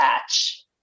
patch